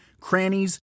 crannies